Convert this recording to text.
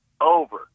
over